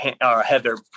Heather